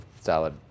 salad